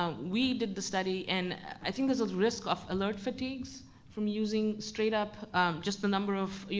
ah we did the study, and i think there's a risk of alert fatigues from using straight-up just the number of,